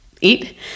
eat